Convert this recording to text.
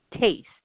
taste